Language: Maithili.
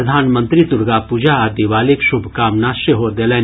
प्रधानमंत्री दुर्गा पूजा आ दिवालीक शुभकामना सेहो देलनि